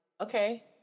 okay